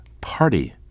Party